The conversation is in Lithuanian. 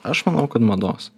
aš manau kad mados